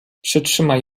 przytrzymaj